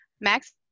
Max